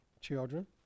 children